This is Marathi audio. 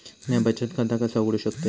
म्या बचत खाता कसा उघडू शकतय?